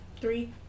three